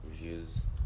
reviews